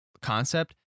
concept